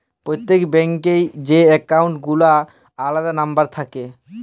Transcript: প্রত্যেক ব্যাঙ্ক এ যে একাউল্ট গুলার আলাদা লম্বর থাক্যে